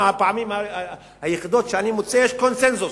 מהפעמים היחידות שאני מוצא שיש קונסנזוס.